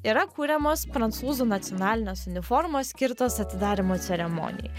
yra kuriamos prancūzų nacionalinės uniformos skirtos atidarymo ceremonijai